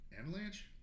Avalanche